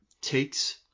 takes